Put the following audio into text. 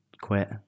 quit